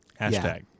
Hashtag